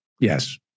Yes